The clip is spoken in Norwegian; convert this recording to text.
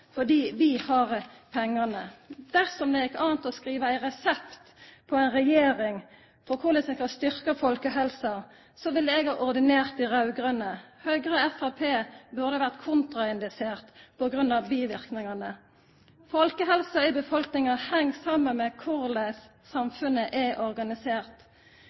fordi vi har pengane. Dersom det gjekk an å skrive ein resept på ei regjering og korleis ein kan styrkja folkehelsa, ville eg ha ordinert dei raud-grøne. Høgre og Framstegspartiet burde ha vore kontraindiserte på grunn av biverknadene. Folkehelsa i befolkninga heng saman med korleis samfunnet er organisert.